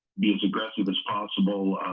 be as aggressive as possible